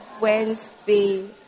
Wednesday